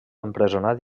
empresonat